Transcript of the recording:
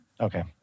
Okay